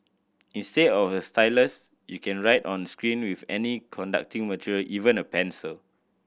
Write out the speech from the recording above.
instead of a stylus you can write on screen with any conducting material even a pencil